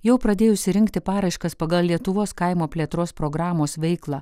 jau pradėjusi rinkti paraiškas pagal lietuvos kaimo plėtros programos veiklą